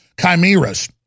chimeras